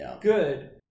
good